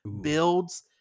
builds